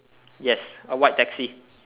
yes a white taxi